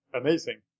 Amazing